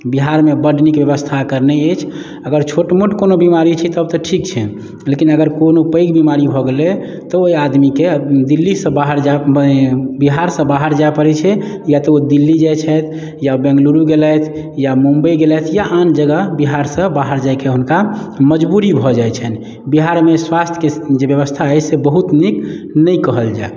बिहारमे बड्ड नीक व्यवस्था एकर नहि अछि अगर छोट मोट कओनो बीमारी छै तब तऽ ठीक छनि लेकिन अगर कओनो पैघ बीमारी भऽ गेलै तऽ ओहि आदमीके दिल्लीसँ बाहर जायब बिहारसँ बाहर जाए पड़ैत छै या तऽ ओ दिल्ली जाइत छथि या बेंगलुरु गेलथि या मुम्बइ गेलथि या आन जगह बिहारसँ बाहर जायके हुनका मजबूरी भऽ जाइत छनि बिहारमे स्वास्थ्यके जे व्यवस्था अछि से बहुत नीक नहि कहल जाए